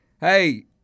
Hey